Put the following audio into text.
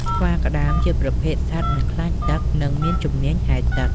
ស្វាក្តាមជាប្រភេទសត្វមិនខ្លាចទឹក និងមានជំនាញហែលទឹក។